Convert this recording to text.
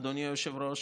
אדוני היושב-ראש,